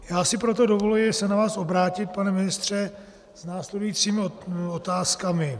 Já si proto dovoluji se na vás obrátit, pane ministře, s následujícími otázkami.